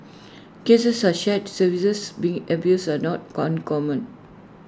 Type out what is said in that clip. cases of shared services being abused are not uncommon